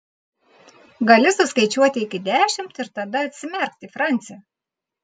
gali suskaičiuoti iki dešimt ir tada atsimerkti franci